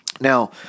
Now